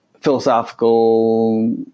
philosophical